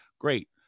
Great